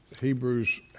Hebrews